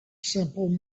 simple